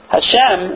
Hashem